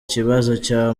cya